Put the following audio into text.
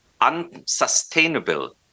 Unsustainable